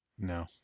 No